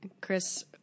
Chris